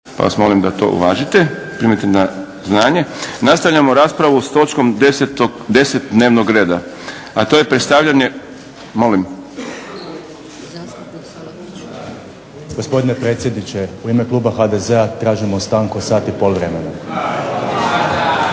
pa vas molim da to uvažite, primite na znanje. Nastavljamo raspravu s točkom 10. dnevnog reda, a to je predstavljanje. Molim? **Salapić, Josip (HDZ)** Gospodine predsjedniče, u ime kluba HDZ-a tražimo stanku od sat i pol vremena.